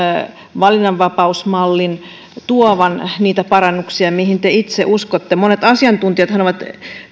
valinnanvapausmallin tuovan niitä parannuksia mihin te itse uskotte monet asiantuntijathan ovat